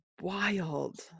wild